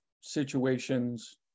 situations